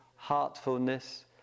heartfulness